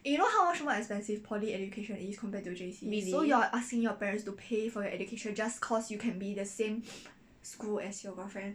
really